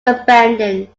abandoned